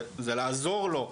זה לעזור לו,